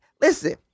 listen